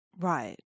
Right